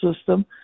system